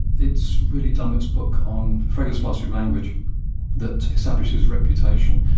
it's really dummett's book on frege's philosophy of language that established his reputation.